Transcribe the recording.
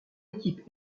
équipe